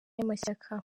y’amashyaka